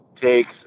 takes